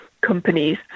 companies